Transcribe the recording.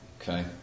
Okay